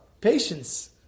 Patience